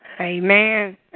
Amen